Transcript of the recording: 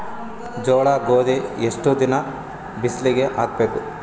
ಜೋಳ ಗೋಧಿ ಎಷ್ಟ ದಿನ ಬಿಸಿಲಿಗೆ ಹಾಕ್ಬೇಕು?